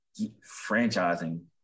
franchising